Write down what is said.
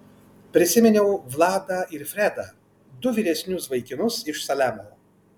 prisiminiau vladą ir fredą du vyresnius vaikinus iš salemo